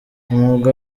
umwuga